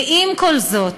ועם כל זאת,